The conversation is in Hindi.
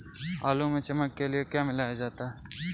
आलू में चमक के लिए क्या मिलाया जाता है?